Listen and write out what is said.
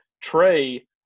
Trey